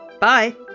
Bye